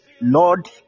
Lord